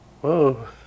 Whoa